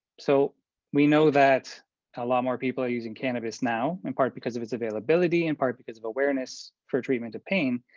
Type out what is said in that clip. so we know that a lot more people are using cannabis now in part, because of its availability in part, because of awareness for treatment of pain,